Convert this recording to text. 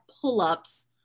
pull-ups